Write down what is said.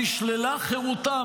נשללה חירותם,